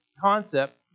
concept